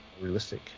realistic